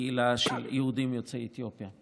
קהילה של יהודים יוצאי אתיופיה.